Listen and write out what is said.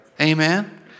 Amen